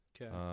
Okay